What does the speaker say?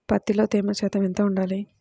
పత్తిలో తేమ శాతం ఎంత ఉండాలి?